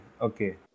Okay